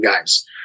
guys